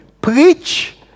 preach